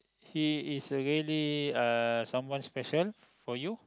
he is a really uh someone special for you